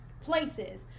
places